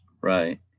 Right